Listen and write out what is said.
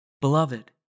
Beloved